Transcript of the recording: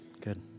Good